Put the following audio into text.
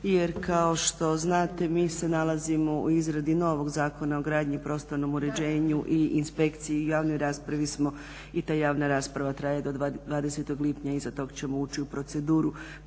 jer kao što znate mi se nalazimo u izradi novog Zakona o gradnji i prostornom uređenju i inspekciji i u javnoj raspravi smo i ta javna rasprava traje do 20. lipnja. Iza tog ćemo ući u proceduru